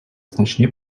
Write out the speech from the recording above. значні